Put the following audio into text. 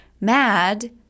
mad